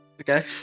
Okay